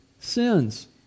sins